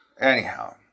Anyhow